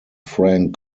frank